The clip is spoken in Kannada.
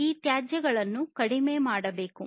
ಈ ತ್ಯಾಜ್ಯಗಳನ್ನು ಕಡಿಮೆ ಮಾಡಬೇಕು